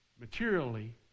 materially